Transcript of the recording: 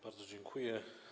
Bardzo dziękuję.